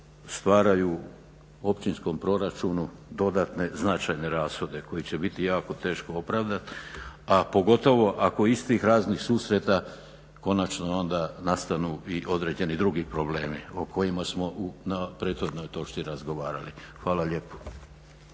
stvaraju općinskom proračunu dodatne značajne rashode koji će biti jako teško opravdati, a pogotovo ako iz tih raznih susreta konačno onda nastanu i određeni drugi problemi o kojima smo na prethodnoj točci razgovarali. Hvala lijepo.